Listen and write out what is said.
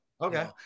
Okay